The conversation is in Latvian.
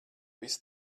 visi